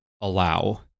allow